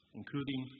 including